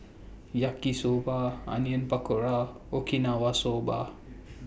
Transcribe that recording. Yaki Soba Onion Pakora Okinawa Soba